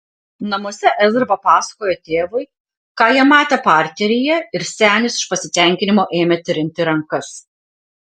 namuose ezra papasakojo tėvui ką jie matę parteryje ir senis iš pasitenkinimo ėmė trinti rankas